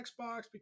Xbox